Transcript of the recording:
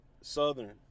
Southern